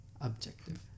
objective